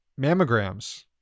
mammograms